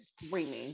screaming